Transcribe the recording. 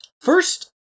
First